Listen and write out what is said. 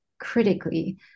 critically